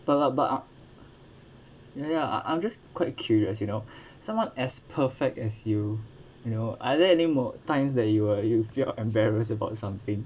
but like but ah ya I'm just quite curious you know someone as perfect as you you know are there any mo~ times that you will you feel embarrassed about something